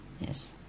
Yes